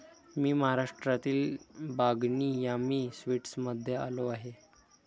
मी महाराष्ट्रातील बागनी यामी स्वीट्समध्ये आलो आहे